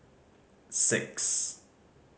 six